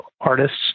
artists